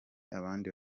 abandi